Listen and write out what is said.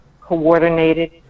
coordinated